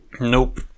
Nope